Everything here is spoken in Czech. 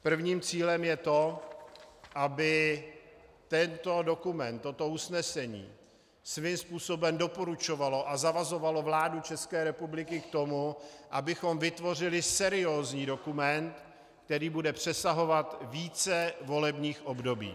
Prvním cílem je to, aby tento dokument, toto usnesení svým způsobem doporučovalo a zavazovalo vládu ČR k tomu, abychom vytvořili seriózní dokument, který bude přesahovat více volebních období.